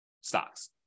stocks